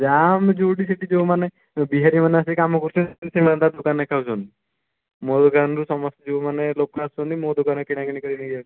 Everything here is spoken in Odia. ଜାମ୍ ଯେଉଁଠି ଯେତିକି ଯେଉଁମାନେ ବିହାରୀମାନେ ଆସିକି କାମ କରୁଛନ୍ତି ସେମାନେ ତା ଦୋକାନରେ ଖାଉଛନ୍ତି ମୋ ଦୋକାନରୁ ସମସ୍ତେ ଯେଉଁମାନେ ଲୋକ ଆସୁଛନ୍ତି ମୋ ଦୋକାନରୁ କିଣାକିଣି କରିକି ନେଇକି ଯାଉଛନ୍ତି